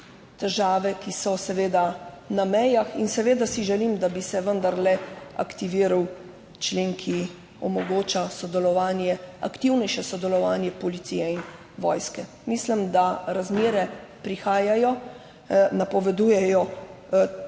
težave, ki so seveda na mejah. In seveda si želim, da bi se vendarle aktiviral člen, ki omogoča sodelovanje, aktivnejše sodelovanje policije in vojske. Mislim, da razmere prihajajo, napovedujejo